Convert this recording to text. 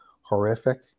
horrific